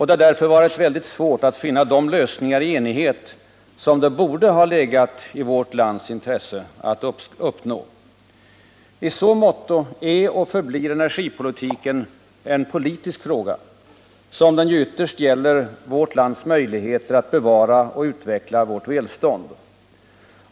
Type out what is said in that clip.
Det har därför varit väldigt svårt att finna de lösningar i enighet som det borde ha legat i vårt lands intresse att uppnå. I så måtto är och förblir energipolitiken en politisk fråga, som den ytterst gäller vårt lands möjligheter att bevara och utveckla vårt välstånd.